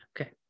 Okay